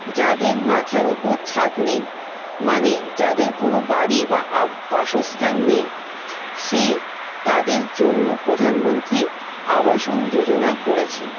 যাদের মাথার ওপর ছাদ নেই মানে যাদের কোনো বাড়ি বা বাসস্থান নেই সেই তাদের জন্য প্রধানমন্ত্রী আবাসন যোজনা করেছেন